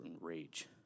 rage